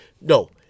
No